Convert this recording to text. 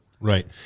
Right